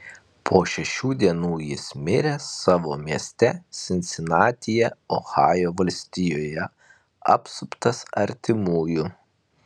po šešių dienų jis mirė savo mieste sinsinatyje ohajo valstijoje apsuptas artimųjų